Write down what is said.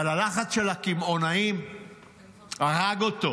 אבל הלחץ של הקמעונאים הרג אותו,